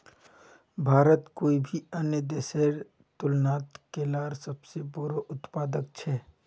भारत कोई भी अन्य देशेर तुलनात केलार सबसे बोड़ो उत्पादक छे